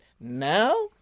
now